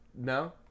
No